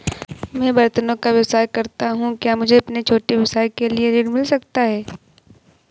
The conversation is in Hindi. मैं बर्तनों का व्यवसाय करता हूँ क्या मुझे अपने छोटे व्यवसाय के लिए ऋण मिल सकता है?